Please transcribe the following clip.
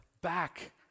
back